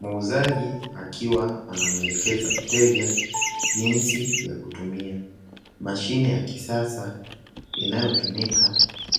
Mauzaji akiwa anamwelekeza mteja jinsi ya kutumia mashine ya kisasa, inayotumika